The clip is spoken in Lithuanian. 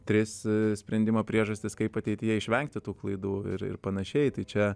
tris sprendimo priežastis kaip ateityje išvengti tų klaidų ir ir panašiai tai čia